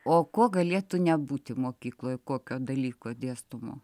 o ko galėtų nebūti mokykloj kokio dalyko dėstomo